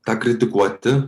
tą kritikuoti